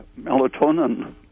melatonin